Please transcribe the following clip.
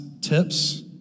tips